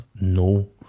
no